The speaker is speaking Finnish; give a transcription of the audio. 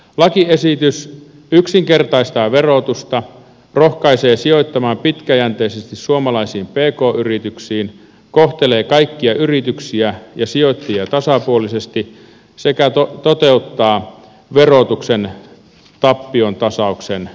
lakiesitys yksinkertaistaa verotusta rohkaisee sijoittamaan pitkäjänteisesti suomalaisiin pk yrityksiin kohtelee kaikkia yrityksiä ja sijoittajia tasapuolisesti sekä toteuttaa verotuksen tappiontasauksen periaatteita